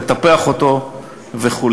לטפח אותו וכו'.